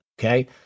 Okay